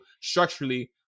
structurally